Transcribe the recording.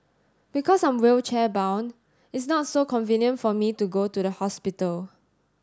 because I'm wheelchair bound it's not so convenient for me to go to the hospital